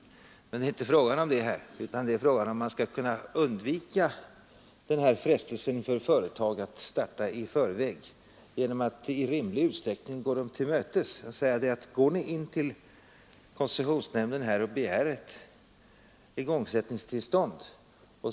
Men här är det inte fråga om det, utan det är fråga om huruvida man skall kunna undvika frestelsen för företag att starta en ombyggnad i förväg genom att i rimlig utsträckning gå dem till mötes och uppmana dem att gå in till koncessionsnämnden och begära igångsättningstillstånd.